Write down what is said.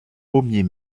pommier